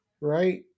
right